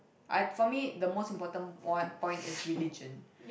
I for me the most important wine point is religion